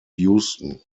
houston